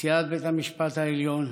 נשיאת בית המשפט העליון,